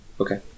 Okay